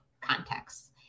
contexts